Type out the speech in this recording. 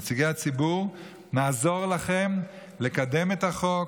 נציגי הציבור, נעזור לכם לקדם את החוק.